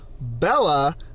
Bella